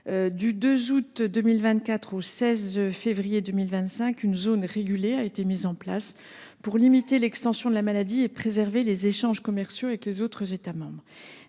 Du 2 août 2024 au 16 février 2025, une zone régulée a été créée afin de limiter l’extension de la maladie et de préserver les échanges commerciaux avec les autres États membres.